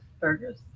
Burgers